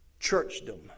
churchdom